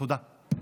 תודה.